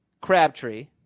Crabtree